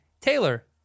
Taylor